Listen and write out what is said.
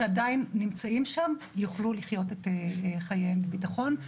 שעדיין נמצאים שם יוכלו לחיות את חייהם בביטחון.